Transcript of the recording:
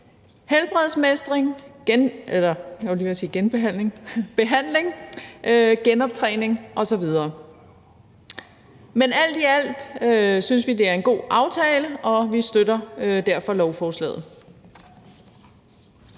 helbredsmestring, behandling, genoptræning osv. Men alt i alt synes vi, at det er en god aftale, og vi støtter derfor lovforslaget.